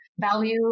value